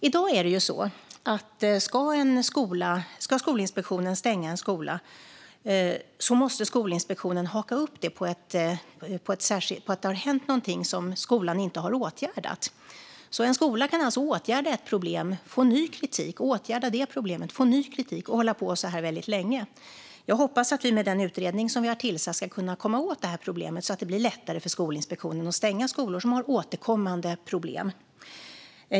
Om Skolinspektionen i dag ska stänga en skola måste den haka upp detta på att det har hänt något som skolan inte har åtgärdat. En skola kan alltså åtgärda ett problem, få ny kritik, åtgärda det problemet, få ny kritik och hålla på så väldigt länge. Jag hoppas att vi med den utredning som vi har tillsatt ska kunna komma åt detta problem så att det blir lättare för Skolinspektionen att stänga skolor som har återkommande problem.